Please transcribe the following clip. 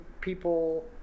people